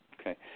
Okay